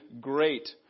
great